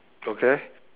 okay